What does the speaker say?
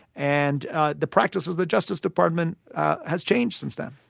and the practices the justice department has changed since then